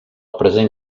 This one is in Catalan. present